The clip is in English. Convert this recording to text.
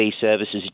services